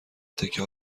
تکه